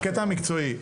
בקטע המקצועי,